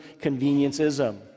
convenience-ism